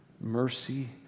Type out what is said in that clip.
mercy